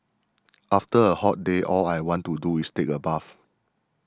after a hot day all I want to do is take a bath